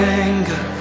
anger